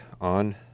on